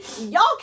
Y'all